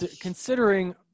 considering